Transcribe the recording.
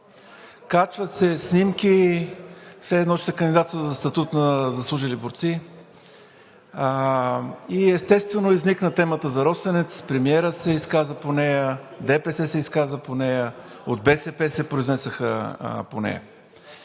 Качват се снимки все едно, че се кандидатства за статут на заслужили борци. Естествено, изникна темата за Росенец – премиерът се изказа по нея, ДПС се изказа по нея, от БСП се произнесоха по нея.